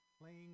Playing